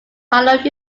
coloured